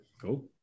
cool